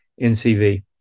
NCV